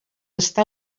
està